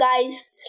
guys